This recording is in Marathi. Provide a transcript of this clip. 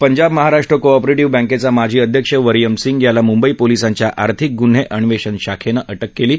पंजाब महाराष्ट्र को ऑपरेटिव्ह बँकेचा माजी अध्यक्ष वरियम सिंग याला मुंबई पोलिसांच्या आर्थिक गुन्हे अन्वेषण शाखेनं अटक केली आहे